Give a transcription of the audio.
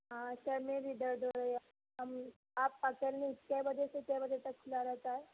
ہاں سر میں بھی درد ہو رہی ہے ہم آپ کا کلینک کے بجے سے کے بجے تک کھلا رہتا ہے